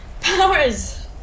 powers